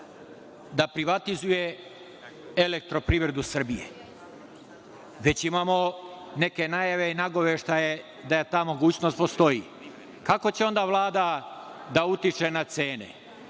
da privatizuje „Elektroprivredu Srbije“. Već imamo neke najave i nagoveštaje da takva mogućnost postoji. Kako će onda Vlada da utiče na cene?